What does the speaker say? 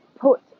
put